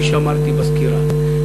כפי שאמרתי בסקירה,